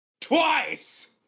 Twice